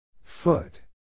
Foot